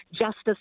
justice